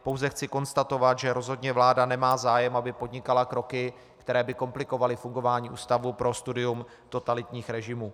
Pouze chci konstatovat, že rozhodně vláda nemá zájem, aby podnikala kroky, které by komplikovaly fungování Ústavu pro studium totalitních režimů.